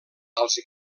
als